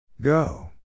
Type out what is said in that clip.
Go